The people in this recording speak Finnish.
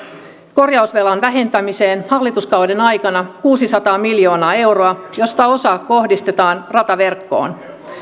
korjausvelan vähentämiseen hallituskauden aikana kuusisataa miljoonaa euroa josta osa kohdistetaan rataverkkoon